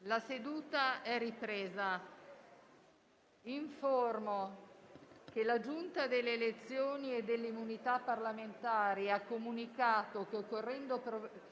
alle ore 14,59)*. Informo che la Giunta delle elezioni e delle immunità parlamentari ha comunicato che, occorrendo provvedere,